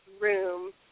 room